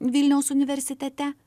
vilniaus universitete